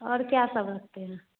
और क्या सब रखते हैं